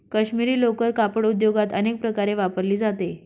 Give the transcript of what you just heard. काश्मिरी लोकर कापड उद्योगात अनेक प्रकारे वापरली जाते